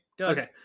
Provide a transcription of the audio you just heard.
Okay